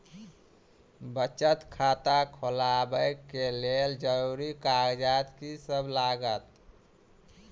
बचत खाता खोलाबै कऽ लेल जरूरी कागजात की सब लगतइ?